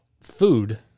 food